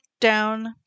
down